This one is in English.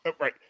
right